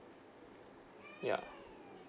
yeah